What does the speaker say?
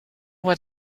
what